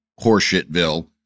horseshitville